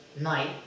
night